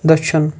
دٔچھُن